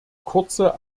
kurze